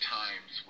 times